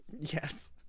Yes